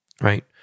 right